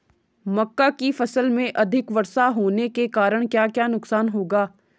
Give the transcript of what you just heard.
मक्का की फसल में अधिक वर्षा होने के कारण क्या नुकसान होगा?